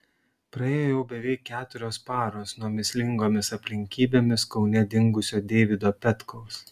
praėjo jau beveik keturios paros nuo mįslingomis aplinkybėmis kaune dingusio deivido petkaus